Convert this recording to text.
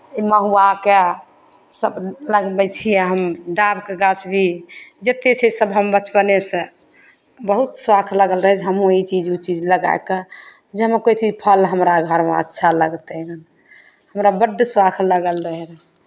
महुआके सभ लगबै छियै हम डाभके गाछ भी जतेक छै सभ हम बचपनेसँ बहुत शौख लागल रहै जे हमहूँ ई चीज ओ चीज लगाए कऽ जाहिमे कोइ चीज फल हमरा घरमे अच्छा लगतै हमरा बड्ड शौख लागल रहय